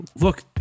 look